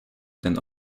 ten